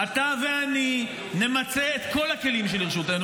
-- אתה ואני נמצה את כל הכלים שלרשותנו.